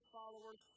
followers